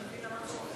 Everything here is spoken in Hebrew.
תורך.